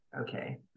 okay